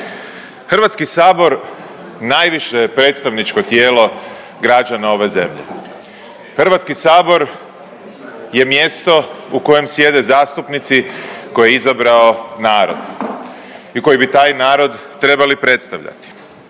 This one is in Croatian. Hrvatski sabor najviše je predstavničko tijelo građana ove zemlje. Hrvatski sabor je mjesto u kojem sjede zastupnici koje je izabrao narod i koji bi taj narod trebali predstavljati,